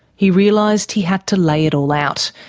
he realised he had to lay it all out,